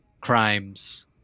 crimes